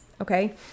Okay